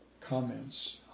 comments